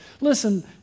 Listen